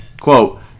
quote